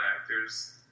actors